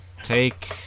take